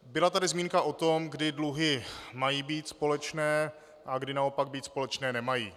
Byla tady zmínka, kdy dluhy mají být společné a kdy naopak být společné nemají.